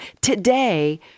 today